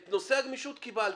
את נושא הגמישות קיבלתי.